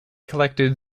collected